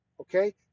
okay